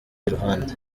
iruhande